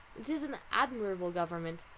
it is an admirable government.